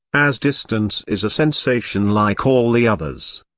as distance is a sensation like all the others.